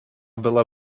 была